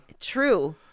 True